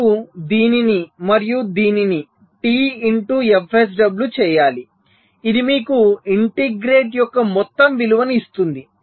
మీరు దీనిని మరియు దీనిని T ఇంటూ fSW చేయాలి ఇది మీకు ఇంటిగ్రేట్ యొక్క మొత్తం విలువను ఇస్తుంది